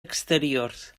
exteriors